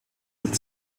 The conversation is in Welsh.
wrth